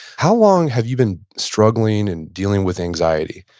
how long have you been struggling and dealing with anxiety?